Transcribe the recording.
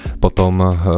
potom